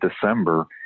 December